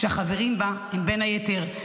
שחברים בה הם בין היתר,